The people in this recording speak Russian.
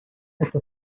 это